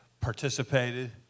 participated